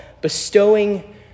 bestowing